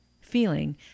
feeling